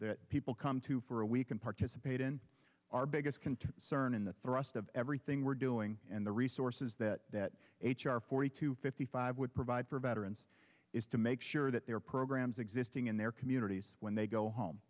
that people come to for a week and participate in our biggest cern in the thrust of everything we're doing and the resources that are forty to fifty five would provide for veterans is to make sure that their programs existing in their communities when they go home